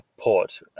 port